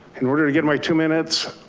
in order to get my two minutes,